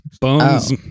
Bones